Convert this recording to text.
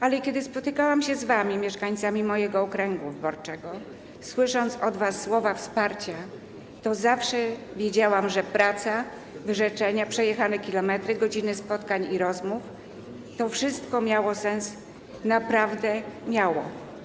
Ale kiedy spotykałam się z wami, mieszkańcami mojego okręgu wyborczego, i słyszałam od was słowa wsparcia, zawsze wiedziałam, że praca, wyrzeczenia, przejechane kilometry, godziny spotkań i rozmów - to wszystko miało sens, naprawdę miało.